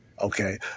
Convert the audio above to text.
Okay